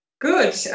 Good